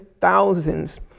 thousands